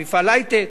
במפעל היי-טק,